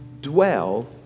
dwell